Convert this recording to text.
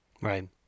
Right